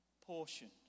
portion